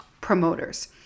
promoters